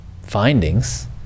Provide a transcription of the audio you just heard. findings